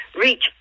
reach